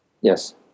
Yes